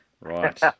Right